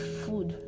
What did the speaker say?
food